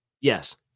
Yes